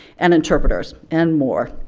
and interpreters and more.